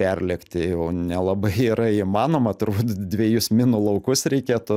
perlėkti jau nelabai yra įmanoma turbūt dvejus minų laukus reikėtų